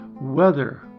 Weather